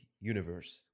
universe